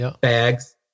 bags